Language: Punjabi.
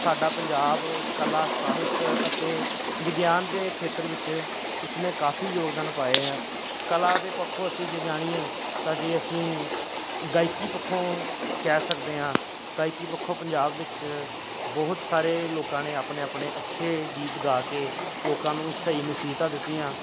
ਸਾਡਾ ਪੰਜਾਬ ਕਲਾ ਸਾਹਿਤ ਅਤੇ ਵਿਗਿਆਨ ਦੇ ਖੇਤਰ ਵਿੱਚ ਇਸ ਨੇ ਕਾਫੀ ਯੋਗਦਾਨ ਪਾਏ ਹੈ ਕਲਾ ਦੇ ਪੱਖੋਂ ਅਸੀਂ ਜੇ ਜਾਣੀਏ ਤਾਂ ਜੇ ਅਸੀਂ ਗਾਇਕੀ ਪੱਖੋਂ ਕਹਿ ਸਕਦੇ ਹਾਂ ਗਾਇਕੀ ਪੱਖੋਂ ਪੰਜਾਬ ਵਿੱਚ ਬਹੁਤ ਸਾਰੇ ਲੋਕਾਂ ਨੇ ਆਪਣੇ ਆਪਣੇ ਅੱਛੇ ਗੀਤ ਗਾ ਕੇ ਲੋਕਾਂ ਨੂੰ ਸਹੀ ਨਸੀਹਤਾਂ ਦਿੱਤੀਆਂ